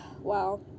Wow